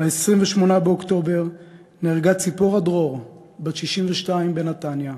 28 באוקטובר, נהרגה צפורה דרור, בת 62, בנתניה,